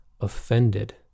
offended